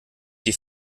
die